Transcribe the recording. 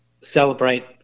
celebrate